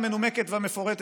המנומקת והמפורטת,